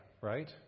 right